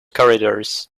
corridors